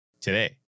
today